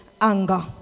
anger